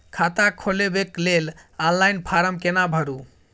खाता खोलबेके लेल ऑनलाइन फारम केना भरु?